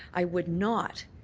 i would not